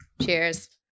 Cheers